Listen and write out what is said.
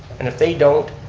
and if they don't,